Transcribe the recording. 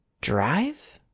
drive